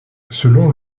selon